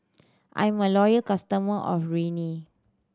I am a loyal customer of Rene